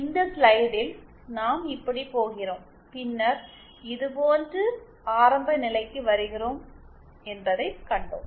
இந்த ஸ்லைடில் நாம் இப்படிப் போகிறோம் பின்னர் இதுபோன்று ஆரம்ப நிலைக்கு வருகிறோம் என்பதைக் கண்டோம்